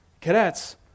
Cadets